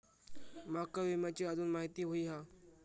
माका विम्याची आजून माहिती व्हयी हा?